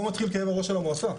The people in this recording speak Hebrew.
פה מתחיל כאב הראש של המועצה.